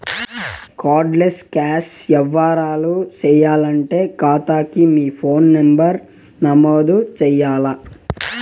card less cash యవ్వారాలు సేయాలంటే కాతాకి మీ ఫోను నంబరు నమోదు చెయ్యాల్ల